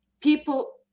people